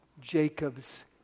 Jacob's